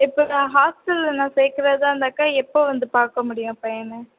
இப்போ நான் ஹாஸ்டலில் நான் சேர்க்குறதா இருந்தாக்க எப்போ வந்து பார்க்க முடியும் என் பையனை